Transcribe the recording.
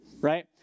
right